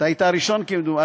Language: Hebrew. אתה היית הראשון כמדומני.